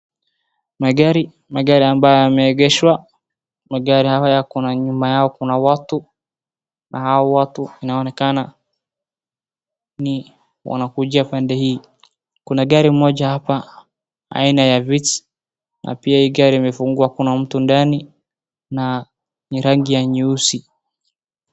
Magari ambayo yameegeshwa, magari haya nyuma yao kuna watu na hao watu inaonekana ni wanakujia pande hii. Kuna gari moja hapa aina ya vitz na hii gari imefungwa hakuna mtu ndani, na ni rangi ya nyeusi.